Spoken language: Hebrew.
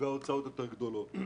רק ההוצאות יותר גדולות.